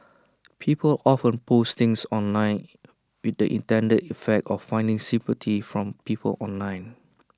people often post things online with the intended effect of finding sympathy from people online